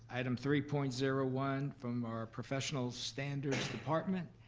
item three point zero one from our professional standards department.